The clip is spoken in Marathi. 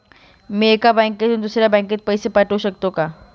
मी एका बँकेतून दुसऱ्या बँकेत पैसे पाठवू शकतो का?